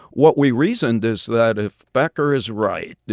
what we reasoned is that if becker is right,